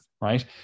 right